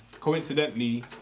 coincidentally